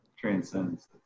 transcends